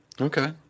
okay